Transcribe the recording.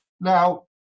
Now